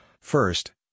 First